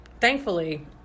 thankfully